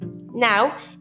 Now